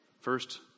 First